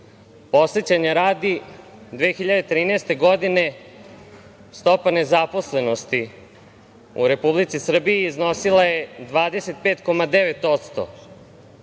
rasta. Podsećanja radi, 2013. godine stopa nezaposlenosti u Republici Srbiji iznosila je 25,9%,